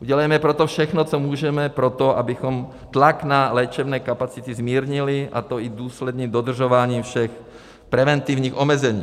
Udělejme proto všechno, co můžeme, pro to, abychom tlak na léčebné kapacity zmírnili, a to i důsledným dodržováním všech preventivních omezení.